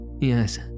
Yes